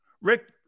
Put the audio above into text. Rick